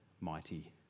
mighty